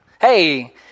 Hey